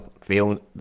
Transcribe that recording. feel